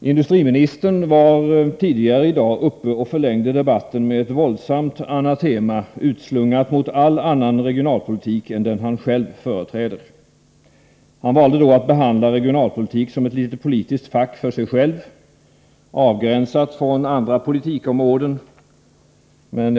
Industriministern var tidigare i dag uppe och förlängde debatten med ett våldsamt anatema, utslungat mot all annan regionalpolitik än den han själv företräder. Han valde då att behandla regionalpolitiken som ett litet politiskt fack för sig, avgränsat från andra politikområden.